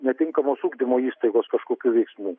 netinkamos ugdymo įstaigos kažkokių veiksmų